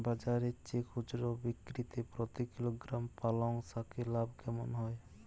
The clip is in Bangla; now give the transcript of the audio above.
বাজারের চেয়ে খুচরো বিক্রিতে প্রতি কিলোগ্রাম পালং শাকে লাভ কেমন হয়?